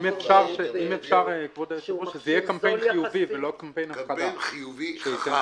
אם אפשר שזה יהיה קמפיין חיובי ולא קמפיין הפחדה,